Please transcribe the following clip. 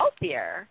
healthier